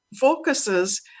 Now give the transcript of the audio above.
focuses